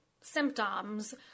symptoms